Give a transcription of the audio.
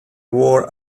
wore